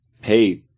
hey